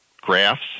graphs